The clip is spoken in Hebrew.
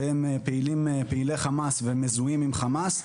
שהם פעילי חמאס והם מזוהים עם חמאס,